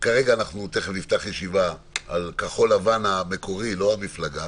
תכף נפתח ישיבה על כחול לבן המקורי לא המפלגה